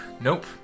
nope